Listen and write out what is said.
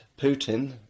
Putin